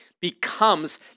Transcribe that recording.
becomes